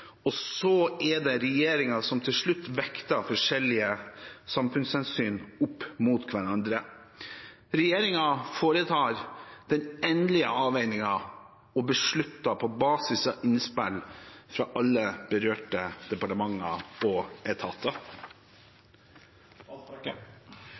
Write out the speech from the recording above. og så er det regjeringen som til slutt vekter forskjellige samfunnshensyn opp mot hverandre. Regjeringen foretar den endelige avveiningen og beslutter på basis av innspill fra alle berørte departementer og